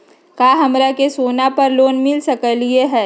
का हमरा के सोना पर लोन मिल सकलई ह?